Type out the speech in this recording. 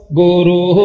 guru